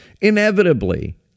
inevitably